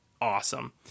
awesome